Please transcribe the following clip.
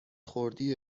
خوردی